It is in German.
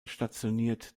stationiert